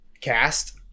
cast